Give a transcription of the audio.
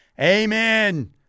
Amen